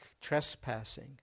trespassing